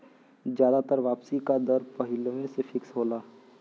जादातर वापसी का दर पहिलवें से फिक्स होला